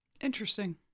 Interesting